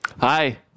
Hi